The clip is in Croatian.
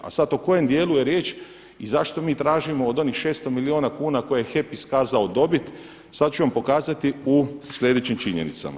A sad o kojem dijelu je riječ i zašto mi tražimo od onih 600 milijuna kuna koje je HEP iskazao dobit sada ću vam pokazati u sljedećim činjenicama.